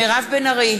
מירב בן ארי,